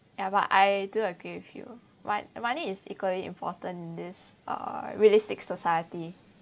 ya but I do agree with you but money is equally important in this uh realistic society